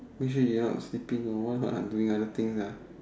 make sure you're not sleeping or what doing other things lah